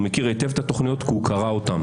מכיר היטב את התוכניות כי הוא קרא אותן.